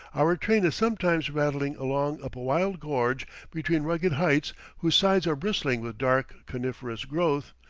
our train is sometimes rattling along up a wild gorge between rugged heights whose sides are bristling with dark coniferous growth,